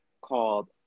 called